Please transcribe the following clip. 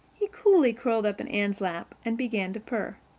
he coolly curled up in anne's lap and began to purr.